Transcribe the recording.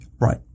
Right